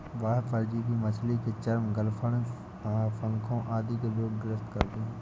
बाह्य परजीवी मछली के चर्म, गलफडों, पंखों आदि के रोग ग्रस्त करते है